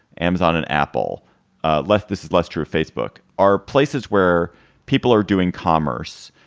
amazon and apple less this is less true of facebook are places where people are doing commerce,